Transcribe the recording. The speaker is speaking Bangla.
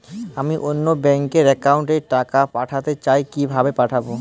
আমি অন্য ব্যাংক র অ্যাকাউন্ট এ টাকা পাঠাতে চাই কিভাবে পাঠাবো?